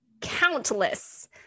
countless